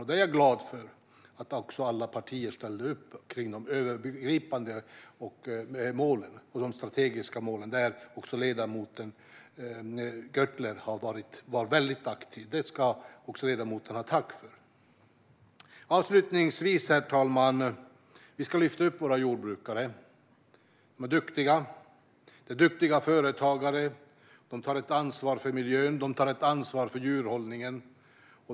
Jag är glad över att alla partier ställde upp på de övergripande strategiska målen. Också ledamoten Gjörtler var mycket aktiv i det arbetet, och det ska ledamoten ha tack för. Herr talman! Avslutningsvis: Vi ska lyfta fram våra jordbrukare. De är duktiga företagare som tar ansvar för miljön och för djurhållningen.